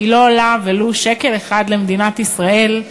היא לא עולה ולו שקל אחד למדינת ישראל.